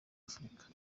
afurika